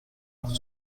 pour